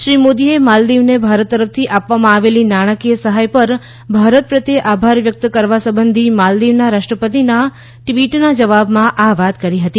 શ્રી મોદીએ માલદીવને ભારત તરફથી આપવામાં આપેલી નાણાંકીય સહાય પર ભારત પ્રત્યે આભાર વ્યક્ત કરવા સંબંધી માલદીવના રાષ્ટ્રપતિના ટ્વીટનો જવાબમાં આ વાત કરી હત